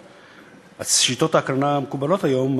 שיטות ההקרנה המקובלות היום,